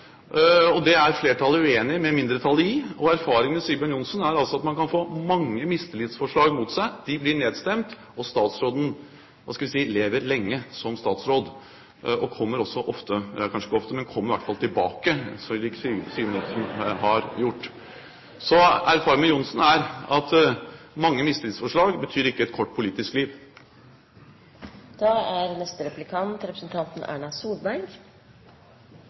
Det er flertallet uenig med mindretallet i. Og erfaringene med Sigbjørn Johnsen er altså at man kan få mange mistillitsforslag mot seg, de blir nedstemt, og statsråden, hva skal jeg si, lever lenge som statsråd og kommer også ofte – kanskje ikke ofte – tilbake, slik Sigbjørn Johnsen har gjort. Erfaringene med Sigbjørn Johnsen er at mange mistillitsforslag betyr ikke et kort politisk liv. Opplysningsplikten er